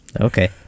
Okay